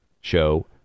show